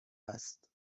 است